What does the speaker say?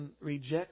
reject